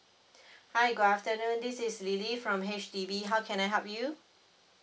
hi good afternoon this is lily from H_D_B how can I help you